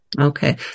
Okay